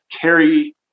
carry